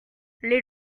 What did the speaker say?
les